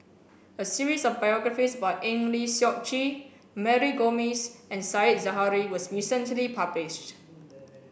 a series of biographies about Eng Lee Seok Chee Mary Gomes and Said Zahari was recently published